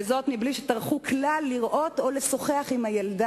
בלי שטרחו כלל לראות את הילדה או לשוחח עמה.